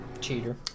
Cheater